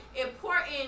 important